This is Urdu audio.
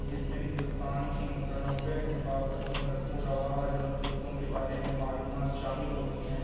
جس میں ہندوستان کی متنوع ثقافتوں رسم و رواج اور خطوں کے بارے میں معلومات شامل ہوتی ہیں